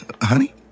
Honey